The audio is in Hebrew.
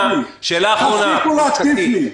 תפסיקו להטיף לי.